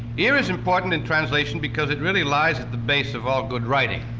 ear is important in translation because it really lies at the base of all good writing.